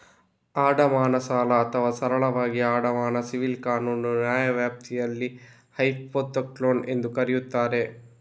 ಅಡಮಾನ ಸಾಲ ಅಥವಾ ಸರಳವಾಗಿ ಅಡಮಾನ ಸಿವಿಲ್ ಕಾನೂನು ನ್ಯಾಯವ್ಯಾಪ್ತಿಯಲ್ಲಿ ಹೈಪೋಥೆಕ್ಲೋನ್ ಎಂದೂ ಕರೆಯುತ್ತಾರೆ